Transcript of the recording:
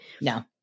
no